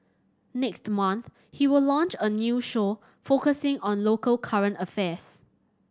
next month he will launch a new show focusing on local current affairs